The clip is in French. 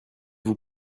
vous